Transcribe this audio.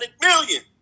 million